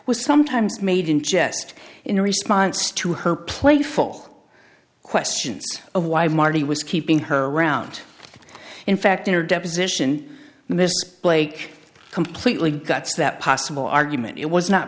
was sometimes made in jest in response to her playful questions of why marty was keeping her around in fact in her deposition miss blake completely cuts that possible argument it was not